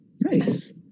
Nice